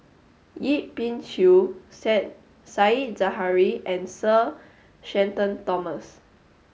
Yip Pin Xiu said Zahari and Sir Shenton Thomas